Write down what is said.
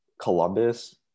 Columbus